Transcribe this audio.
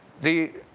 the